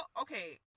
Okay